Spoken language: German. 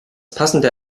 passende